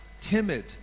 timid